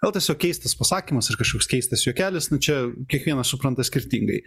gal tiesiog keistas pasakymas ar kažkoks keistas juokelis nu čia kiekvienas supranta skirtingai